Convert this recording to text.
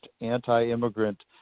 anti-immigrant